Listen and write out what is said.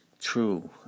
true